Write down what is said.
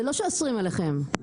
זה לא שאוסרים עליכם.